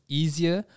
easier